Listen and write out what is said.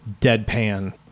deadpan